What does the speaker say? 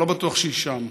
אני לא בטוח שהיא שם.